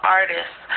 artists